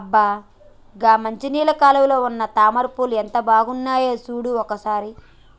అబ్బ గా మంచినీళ్ళ కాలువలో ఉన్న తామర పూలు ఎంత బాగున్నాయో సూడు ఓ సారి